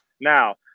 now